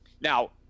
now